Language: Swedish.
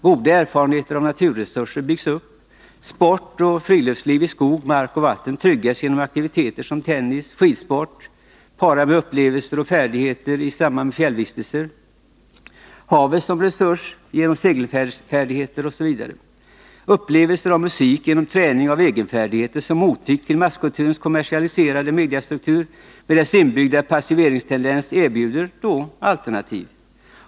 Goda erfarenheter av naturresurser byggs upp. Tillgång till sport och friluftsliv i skog och mark liksom på vatten tryggas genom aktiviteter som tennis och skidsport, genom upplevelser och vinnande av färdigheter i samband med fjällvistelser, genom segling, där havet utnyttjas som resurs, osv. Upplevelser av musik genom träning av egenfärdigheter erbjuder alternativ som motvikt till masskulturens kommersialiserade mediastruktur, med dess inbyggda passiveringstendens.